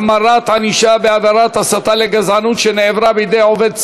החמרת ענישה בעבירת הסתה לגזענות שנעברה בידי עובד ציבור),